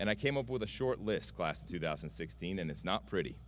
and i came up with a short list class two thousand and sixteen and it's not pretty